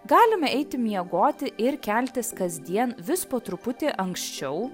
galime eiti miegoti ir keltis kasdien vis po truputį anksčiau